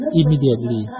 immediately